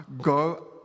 go